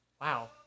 Wow